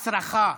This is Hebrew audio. הצרחה.